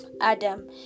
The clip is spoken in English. Adam